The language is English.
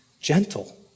gentle